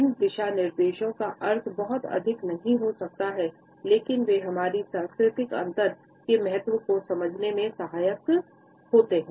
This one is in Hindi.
इन दिशानिर्देशों का अर्थ बहुत अधिक नहीं हो सकता है लेकिन वे हमारी सांस्कृतिक अंतर के महत्व को समझने में सहायता करते हैं